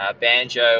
Banjo